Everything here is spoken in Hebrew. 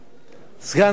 אני לא רואה אותו פה,